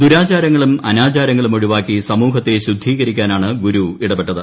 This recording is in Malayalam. ദുരാചാരങ്ങളും അനാചാരങ്ങളും ഒഴിവാക്കി സമൂഹത്തെ ശുദ്ധീകരിക്കാനാണ് ഗുരു ഇടപെട്ടത്